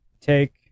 Take